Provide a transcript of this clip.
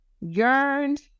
yearned